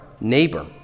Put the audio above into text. neighbor